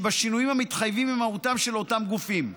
בשינויים המתחייבים ממהותם של אותם גופים.